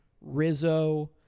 Rizzo